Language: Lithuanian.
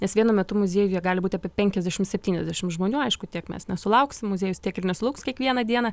nes vienu metu muziejuje gali būti apie penkiasdešim septyniasdešim žmonių aišku tiek mes nesulauksim muziejus tiek ir nesulauks kiekvieną dieną